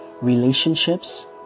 relationships